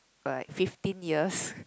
like fifteen years